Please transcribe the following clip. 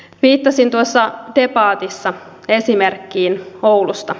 viittasin tuossa debatissa esimerkkiin oulusta